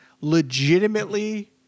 legitimately